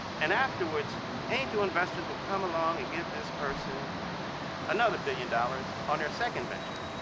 and afterward angel investors will come along and give this person another billion dollars on their second venture.